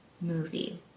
movie